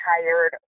tired